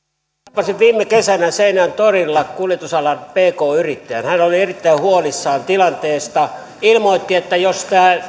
tapasin viime kesänä seinäjoen torilla kuljetusalan pk yrittäjän hän oli erittäin huolissaan tilanteesta ilmoitti että jos